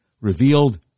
revealed